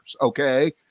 okay